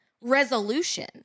resolution